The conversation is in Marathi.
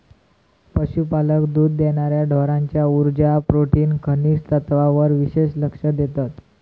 पशुपालक दुध देणार्या ढोरांच्या उर्जा, प्रोटीन, खनिज तत्त्वांवर विशेष लक्ष देतत